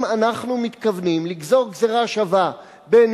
אם אנחנו מתכוונים לגזור גזירה שווה בין